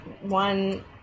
one